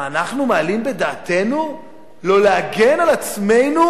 מה, אנחנו מעלים בדעתנו לא להגן על עצמנו,